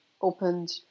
opened